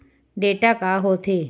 Data का होथे?